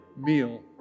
meal